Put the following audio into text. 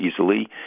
easily